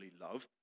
love